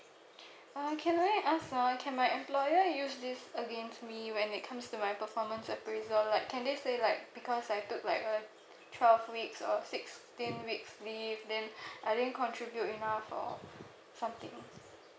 uh can I ask ah can my employer use this against me when it comes to my performance appraisal like can they say like because I took like uh twelve weeks or sixteen weeks leave then I didn't contribute enough or something